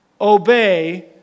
obey